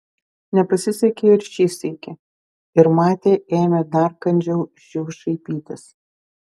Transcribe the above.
nepasisekė ir šį sykį ir matė ėmė dar kandžiau iš jų šaipytis